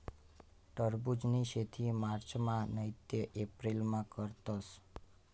टरबुजनी शेती मार्चमा नैते एप्रिलमा करतस